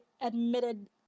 admitted